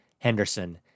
Henderson